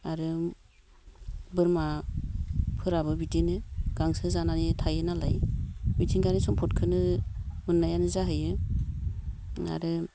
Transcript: आरो बोरमाफोराबो बिदिनो गांसो जानानै थायो नालाय मिथिंगायारि सम्फदखोनो मोननायानो जाहैयो आरो